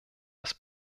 das